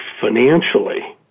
financially